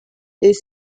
est